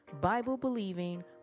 Bible-believing